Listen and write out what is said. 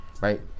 right